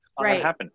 Right